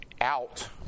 out